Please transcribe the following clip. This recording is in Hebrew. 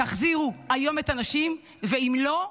תחזירו היום את הנשים, ואם לא,